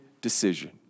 decision